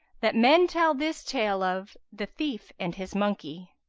that men tell this tale of the thief and his monkey